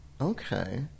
Okay